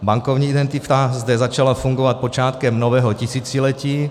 Bankovní identita zde začala fungovat počátkem nového tisíciletí.